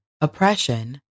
oppression